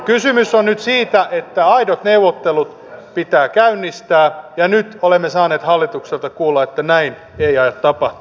kysymys on nyt siitä että aidot neuvottelut pitää käynnistää ja nyt olemme saaneet hallitukselta kuulla että näin ei aio tapahtua